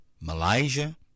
Malaysia